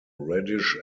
reddish